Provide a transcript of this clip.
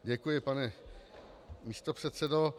Děkuji, pane místopředsedo.